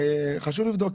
חשוב לבדוק.